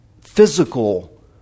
physical